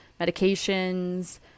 medications